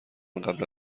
قبلا